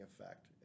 effect